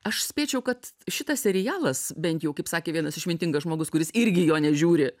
aš spėčiau kad šitas serialas bent jau kaip sakė vienas išmintingas žmogus kuris irgi jo nežiūri